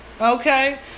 okay